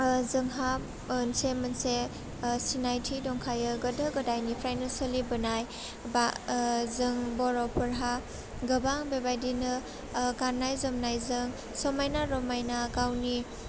ओह जोंहा मोनसे मोनसे ओह सिनायथि दंखायो गोदो गोदायनिफ्राइनो सोलिबोनाय बा ओह जों बर'फोरहा गोबां बेबायदिनो ओह गान्नाय जोमनायजों समायना रमायना गावनि